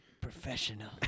professional